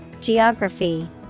Geography